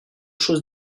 choses